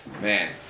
Man